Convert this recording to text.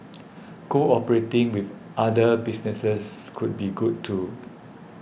cooperating with other businesses could be good too